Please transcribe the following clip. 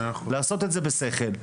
לעשות את זה בשכל,